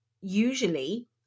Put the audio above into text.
usually